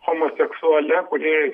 homoseksualia kurie